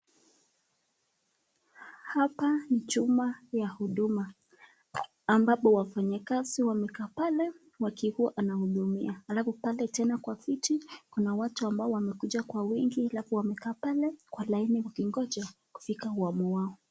Hapa ni chumba ya huduma ambapo wafanyikazi wamekaa pale wakikuwa anahudumia alafu pale tena kwa viti kuna watu ambao wamekuja kwa wingi alafu wamekaa pale kwa kwa laini wakingoja kufika wamu wao.